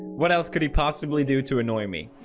what else could he possibly do to annoy me